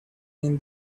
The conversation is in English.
mean